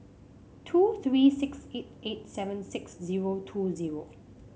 two three six eight eight seven six zero two zero